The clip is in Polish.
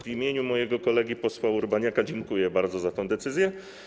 W imieniu mojego kolegi posła Urbaniaka dziękuję bardzo za tę decyzję.